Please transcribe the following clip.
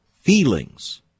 feelings